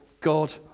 God